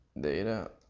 data